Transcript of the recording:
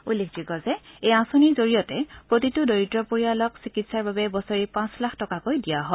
উল্লেখযোগ্য যে এই আঁচনিৰ জৰিয়তে প্ৰতিটো দৰিদ্ৰ পৰিয়ালক চিকিৎসাৰ বাবে বছৰি পাঁচ লাখ টকাকৈ দিয়া হয়